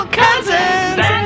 cousins